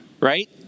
Right